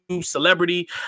celebrity